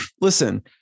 listen